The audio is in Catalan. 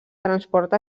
transport